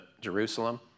Jerusalem